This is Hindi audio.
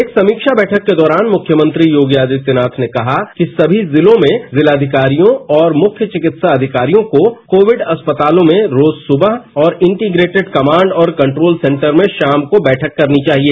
एक समीक्षा बैठक के दौरान मुख्यमंत्री योगी आदित्यनाथ ने कहा कि सभी जिलों में जिलाधिकारियों और मुख्य चिकित्सा अधिकारियों को कोविड अस्पतालों में रोज सुबह और इंटीप्रेटिड कमांड और कंट्रोल सेंटर में शाम को बैठक करनी चाहिए